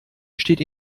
steht